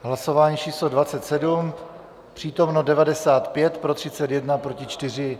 Hlasování číslo 27, přítomno 95, pro 31, proti 4.